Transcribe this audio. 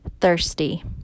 Thirsty